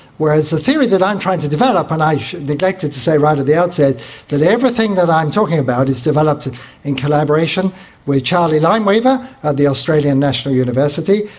whereas the theory that i'm trying to develop, and i neglected to say right at the outset that everything that i'm talking about is developed in collaboration with charley lineweaver at the australian national university.